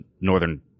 northern